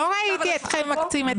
לא ראיתי אתכם מקצים את הכסף לזה.